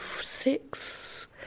six